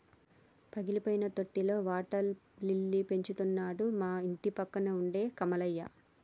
పగిలిపోయిన తొట్టిలో water lily పెంచుతున్నాడు మా ఇంటిపక్కన ఉండే కమలయ్య